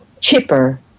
cheaper